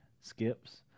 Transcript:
skips